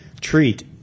treat